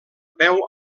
veu